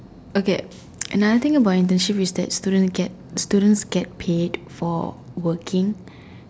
okay another thing about internship is that students get students get paid for working